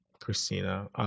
Christina